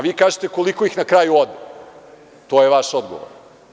Vi kažete – koliko ih na kraju ode, to je vaš odgovor.